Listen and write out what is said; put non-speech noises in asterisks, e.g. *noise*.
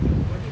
*noise*